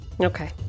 Okay